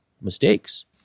mistakes